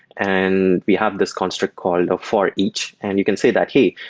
and we have this construct call ah for each, and you can say that, hey,